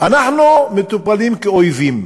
אנחנו מטופלים כאויבים.